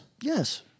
Yes